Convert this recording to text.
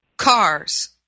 cars